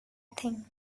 think